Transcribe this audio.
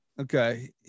Okay